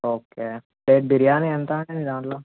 okay plate biryani ఎంత మీ దాంట్లో